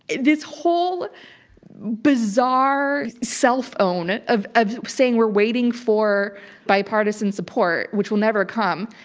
this whole bizarre self-own of of saying we're waiting for bipartisan support, which will never come,